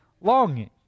longing